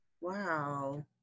Wow